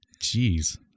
Jeez